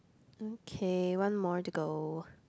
okay one more to go